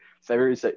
February